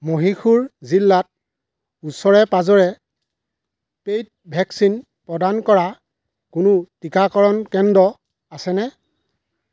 মহীশূৰ জিলাত ওচৰে পাঁজৰে পেইড ভেকচিন প্ৰদান কৰা কোনো টীকাকৰণ কেন্দ্ৰ আছেনে